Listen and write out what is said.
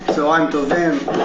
צוהריים טובים.